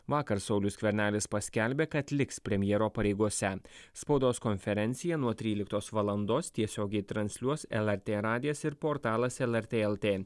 vakar saulius skvernelis paskelbė kad liks premjero pareigose spaudos konferenciją nuo tryliktos valandos tiesiogiai transliuos lrt radijas ir portalas lrt lt